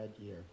year